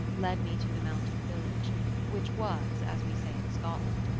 led me to the mountain village which was, as we say in scotland,